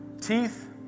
Teeth